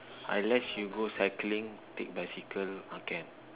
unless you go cycling take bicycle ah can